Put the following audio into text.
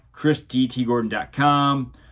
chrisdtgordon.com